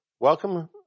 Welcome